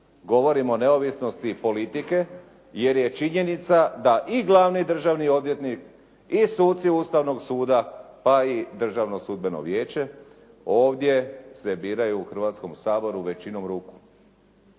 Govorim o neovisnosti politike, jer je činjenica da i glavni državni odvjetnik i suci Ustavnog suda pa i Državno sudbeno vijeće ovdje se biraju u Hrvatskom saboru većinom ruku.